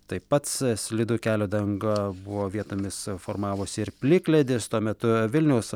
taip pats slidu kelio danga buvo vietomis formavosi ir plikledis tuo metu vilniaus